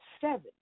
seven